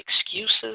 excuses